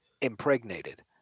impregnated